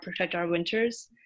protectourwinters